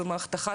זה מערכת אחת,